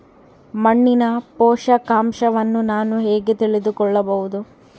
ಮಣ್ಣಿನ ಪೋಷಕಾಂಶವನ್ನು ನಾನು ಹೇಗೆ ತಿಳಿದುಕೊಳ್ಳಬಹುದು?